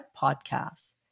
podcasts